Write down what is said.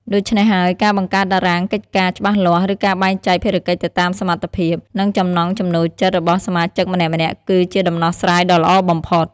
ដូច្នេះហើយ ការបង្កើតតារាងភារកិច្ចច្បាស់លាស់ ឬការបែងចែកភារកិច្ចទៅតាមសមត្ថភាព និងចំណង់ចំណូលចិត្តរបស់សមាជិកម្នាក់ៗ គឺជាដំណោះស្រាយដ៏ល្អបំផុត។